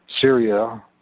Syria